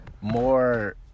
more